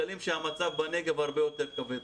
המצב בנגב לצערנו הוא הרבה יותר קשה.